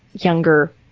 younger